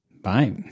Bye